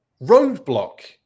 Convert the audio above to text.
Roadblock